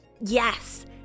Yes